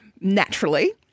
Naturally